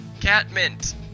Catmint